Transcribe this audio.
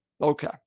Okay